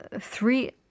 three